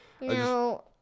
no